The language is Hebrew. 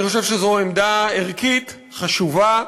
אני חושב שזו עמדה ערכית, חשובה.